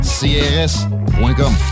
CRS.com